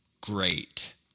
great